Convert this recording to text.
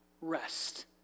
rest